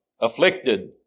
afflicted